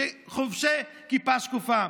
חובשי כיפה שקופה,